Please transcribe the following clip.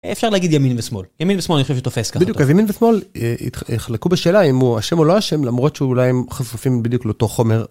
אפשר להגיד ימין ושמאל, ימין ושמאל אני חושב שתופס ככה, בדיוק ,אז ימין ושמאל יחלקו בשאלה אם הוא אשם או לא אשם למרות שאולי הם חשופים בדיוק לאותו חומר.